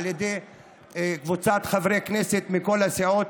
על ידי קבוצות חברי כנסת מכל הסיעות,